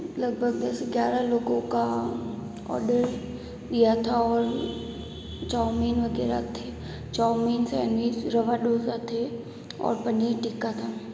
लगभग दस ग्यारह लोगों का ऑडर दिया था और चाऊमीन वगैरह थे चाऊमीन सैंडविच रबा डोसा थे और पनीर टिक्का था